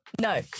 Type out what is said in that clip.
No